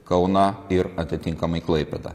kauną ir atitinkamai klaipėdą